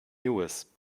nevis